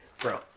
bro